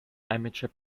amateur